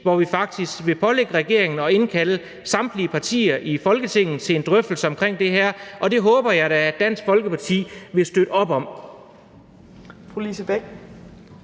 hvor vi faktisk vil pålægge regeringen at indkalde samtlige partier i Folketinget til en drøftelse af det her, og det håber jeg da Dansk Folkeparti vil støtte op om.